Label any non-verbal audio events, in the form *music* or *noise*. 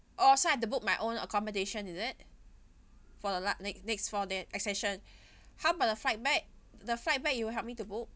oh so I have to book my own accommodation is it for the last next next four days accession *breath* how about the flight back the flight back you will help me to book